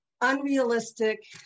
unrealistic